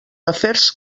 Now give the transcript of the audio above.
afers